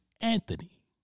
Anthony